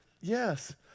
Yes